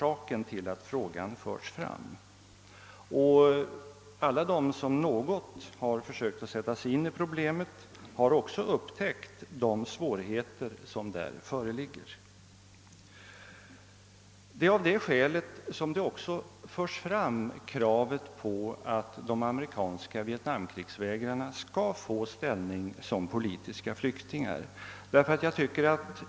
Alla som något försökt sätta sig in i problemet har också upptäckt de svårigheter som föreligger. Det är skälet till att krav har förts fram på att de amerikanska vietnamkrigsvägrarna skall få ställning som politiska flyktingar.